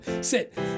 sit